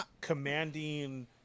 commanding